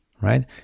right